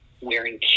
wearing